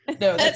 no